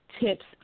tips